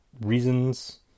reasons